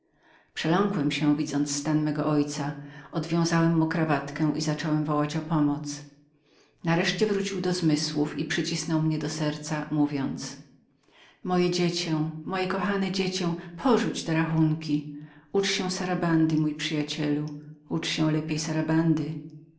przeląkłem się widząc ten stan mego ojca odwiązałem mu chustkę i zacząłem wołać o pomoc nareszcie wrócił do zmysłów i przycisnął mnie do serca mówiąc moje dziecię moje kochane dziecię porzuć te rachunki ucz się sarabandy mój przyjacielu ucz się lepiej